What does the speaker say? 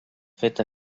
fet